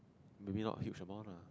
maybe not huge amount lah